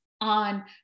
on